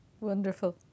wonderful